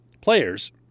players